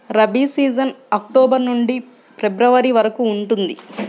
rabi season October నుండి February వరకు ఉంటుంది